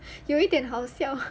有一点好笑